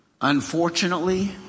Unfortunately